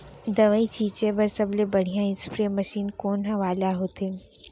दवई छिंचे बर सबले बढ़िया स्प्रे मशीन कोन वाले होथे?